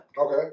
Okay